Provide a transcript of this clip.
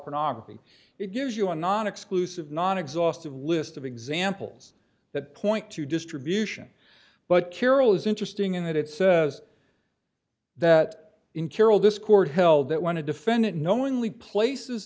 pornography it gives you a non exclusive non exhaustive list of examples that point to distribution but carol is interesting in that it says that in carol this court held that when a defendant knowingly places